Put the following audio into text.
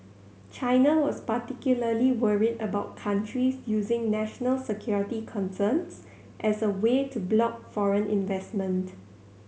China was particularly worried about countries using national security concerns as a way to block foreign investment